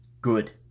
good